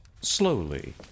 slowly